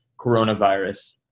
coronavirus